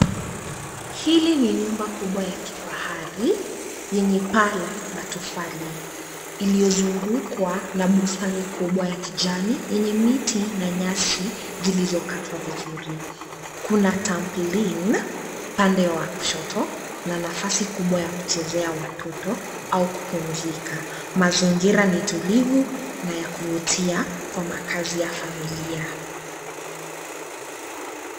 Hii ni nyumba kubwa ya kifahari yenye paa ya matofali iliyozungukwa na bustani kubwa ya kijani yenye miti ni nyasi zilizokatwa vizuri. Kuna trampoline(cs) upande wa kushoto na nafasi kubwa ya kuchezea ya watoto au ya kupumzika. Mazingira ni tulivu na ya kuvutia Kwa makazi ya familia.